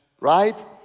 right